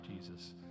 jesus